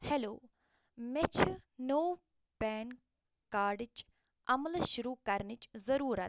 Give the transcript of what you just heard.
hello مےٚ چھِ نوٚو پین کارڈٕچ عملہٕ شُروٗع کرنٕچ ضُروٗرت